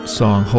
song